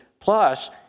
Plus